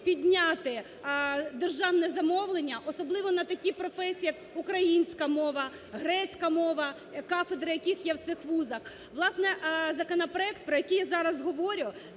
підняти державне замовлення, особливо на такі професії, як українська мова, грецька мова, кафедри яких є в цих вузах. Власне, законопроект про який я зараз говорю,